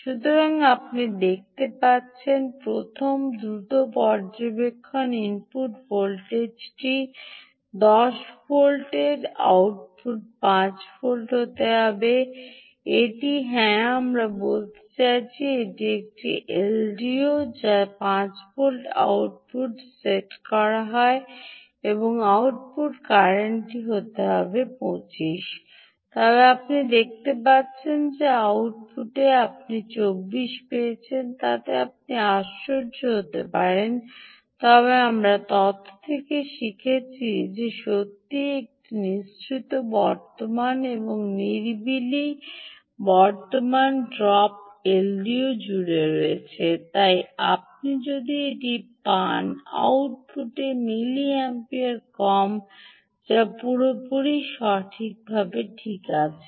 সুতরাং আপনি দেখতে পাচ্ছেন প্রথম দ্রুত পর্যবেক্ষণ ইনপুট ভোল্টেজটি 10 ভোল্টের আউটপুটটি 5 ভোল্ট হতে হবে এটি হ্যাঁ আমরা বলতে চাইছি এটি একটি এলডিও যা 5 ভোল্ট আউটপুটতে সেট করা হয় এবং আউটপুট কারেন্টটি হতে হবে ২৫ তবে আপনি দেখতে পাচ্ছেন যে আউটপুটে আপনি 24 পেয়েছেন তাতে আপনি আশ্চর্য হয়ে যেতে পারেন তবে আমরা তত্ত্ব থেকে শিখেছি যে সত্যই একটি নিঃসৃত বর্তমান রয়েছে এবং নিরিবিলি বর্তমান ড্রপ এলডিও জুড়ে রয়েছে তাই আপনি একটি পান আউটপুটে মিলিঅ্যাম্পিয়ার কম যা পুরোপুরি ঠিক আছে ঠিক আছে